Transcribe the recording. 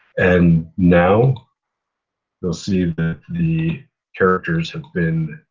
and now you'll see, that the characters have been